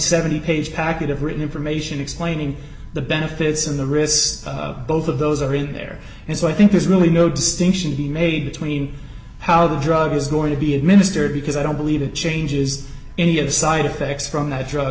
seventy page packet of written information explaining the benefits and the risks both of those are in there and so i think there's really no distinction he made between how the drug is going to be administered because i don't believe it changes any of the side effects from that drug